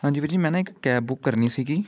ਹਾਂਜੀ ਵੀਰ ਜੀ ਮੈਂ ਨਾ ਇੱਕ ਕੈਬ ਬੁੱਕ ਕਰਨੀ ਸੀਗੀ